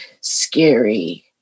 scary